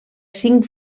cinc